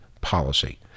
policy